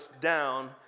down